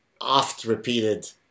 oft-repeated